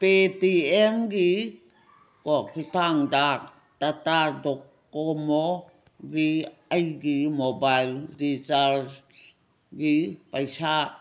ꯄꯦ ꯇꯤ ꯑꯦꯝꯒꯤ ꯀꯣ ꯈꯨꯠꯊꯥꯡꯗ ꯇꯥꯇꯥ ꯗꯣꯀꯣꯃꯣꯒꯤ ꯑꯩꯒꯤ ꯃꯣꯕꯥꯏꯜ ꯔꯤꯆꯥꯔꯖꯒꯤ ꯄꯩꯁꯥ